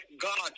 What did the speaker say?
God